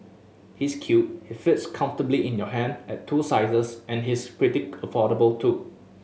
he's cute he fits comfortably in your hand at two sizes and he's pretty affordable too